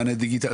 מענה דיגיטלי.